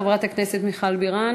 חברת הכנסת מיכל בירן,